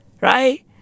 right